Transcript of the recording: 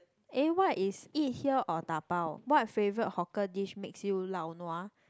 eh what is eat here or dabao what favorite hawker dish makes you lao nua